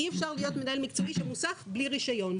שאי אפשר להיות מנהל מקצועי של מוסך בלי רישיון.